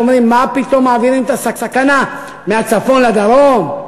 שאומרים: מה פתאום מעבירים את הסכנה מהצפון לדרום?